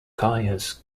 caius